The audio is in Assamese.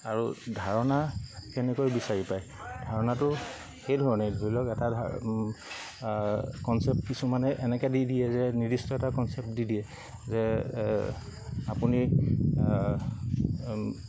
আৰু ধাৰণা কেনেকৈ বিচাৰি পায় ধাৰণাটো সেইধৰণে ধৰি লওক এটা কনচেপ্ট কিছুমানে এনেকৈ দি দিয়ে যে নিৰ্দিষ্ট এটা কনচেপ্ট দি দিয়ে যে আপুনি